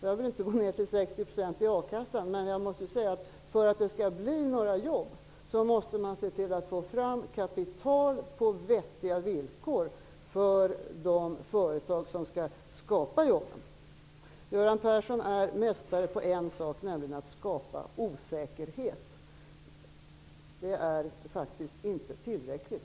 Jag vill inte gå ner till en 60-procentig akasseersättning, men för att det skall bli några jobb måste man se till att få fram kapital på villkor som är vettiga för de företag som skall skapa jobben. Göran Persson är mästare på en sak, nämligen att skapa osäkerhet. Det är faktiskt inte tillräckligt.